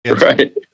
Right